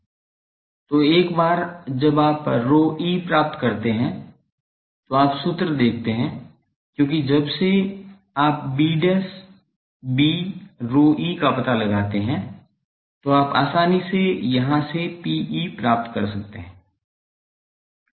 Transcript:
तो एक बार जब आप ρe प्राप्त करते हैं तो आप सूत्र देखते हैं क्योंकि जब से आप b b ρe का पता लगाते हैं तो आप आसानी से यहाँ से Pe प्राप्त कर सकते हैं